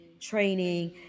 training